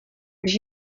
když